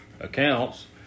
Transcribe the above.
accounts